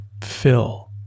fill